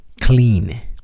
clean